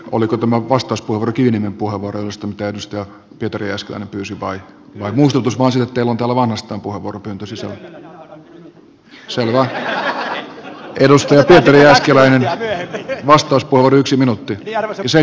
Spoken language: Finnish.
oliko tämä vastaus purkillinen puhevuoroista käytöstä ja kirjaston pyysi vai muistutus voisi kelan talo vanhasta puhovuorten toisissa se on perusteltua jääskeläinen ei vastauskuori yksi minuutti asiantuntijoilta tukea